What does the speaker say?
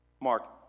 Mark